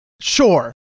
Sure